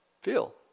feel